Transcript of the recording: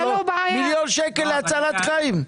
מיליון שקל להצלת חיים.